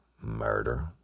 murder